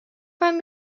find